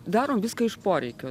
darom viską iš poreikio